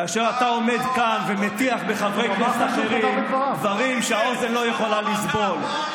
כאשר אתה עומד כאן ומטיח בחברי כנסת אחרים דברים שהאוזן לא יכולה לסבול.